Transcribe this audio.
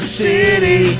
city